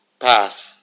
pass